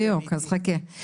בדיוק, אז חכה.